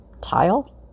tile